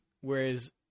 whereas